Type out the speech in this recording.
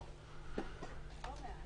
אלא אמרנו עד 35 ילדים זה 5,000 שקל,